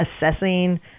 assessing